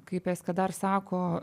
kaip eskedar sako